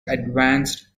advanced